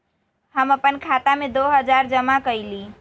हम अपन खाता में दो हजार जमा कइली